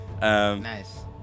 nice